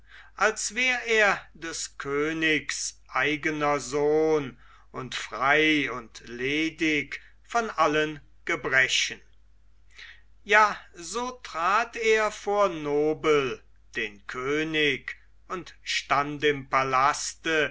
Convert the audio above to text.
als wär er des königs eigener sohn und frei und ledig von allen gebrechen ja so trat er vor nobel den könig und stand im